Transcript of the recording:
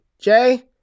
Jay